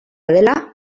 dela